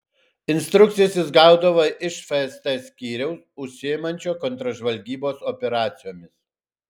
instrukcijas jis gaudavo iš fst skyriaus užsiimančio kontržvalgybos operacijomis